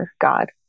God